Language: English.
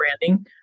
branding